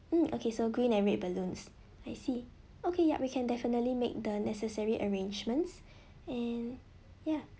mm okay so green and red balloons I see okay yup we can definitely make the necessary arrangements and ya